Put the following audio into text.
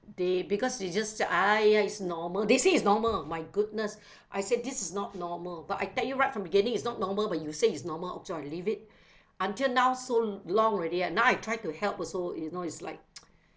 they because they just say !aiya! it's normal they say it's normal my goodness I said this is not normal but I tell you right from beginning is not normal but you say is normal oh so we leave it until now so long already now I tried to help also you know it's like